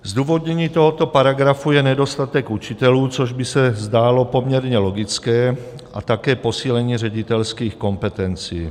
Zdůvodněním tohoto paragrafu je nedostatek učitelů, což by se zdálo poměrně logické, a také posílení ředitelských kompetencí.